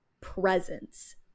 presence